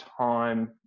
time